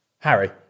Harry